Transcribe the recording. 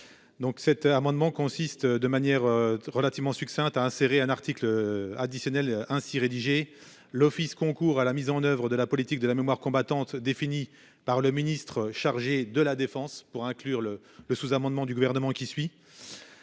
Donc cet amendement consiste de manière relativement succincte à insérer un article additionnel ainsi rédigé l'Office concours à la mise en oeuvre de la politique de la mémoire combattante défini par le ministre chargé de la défense pour inclure le le sous-amendement du gouvernement qui suit.